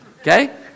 Okay